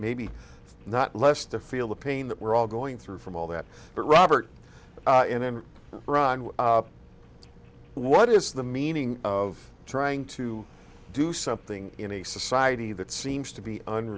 maybe not less to feel the pain that we're all going through from all that but robert in then what is the meaning of trying to do something in a society that seems to be